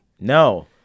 No